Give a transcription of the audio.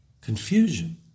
confusion